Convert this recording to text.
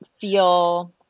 feel